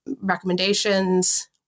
recommendations